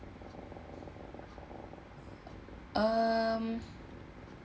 um